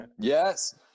yes